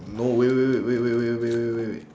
no wait wait wait wait wait wait wait wait wait wait